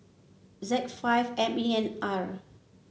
Z five M E N R